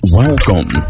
Welcome